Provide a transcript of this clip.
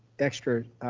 extra